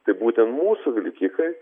tai būtent mūsų vilkikai